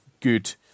good